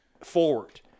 forward